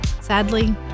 Sadly